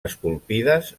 esculpides